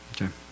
Okay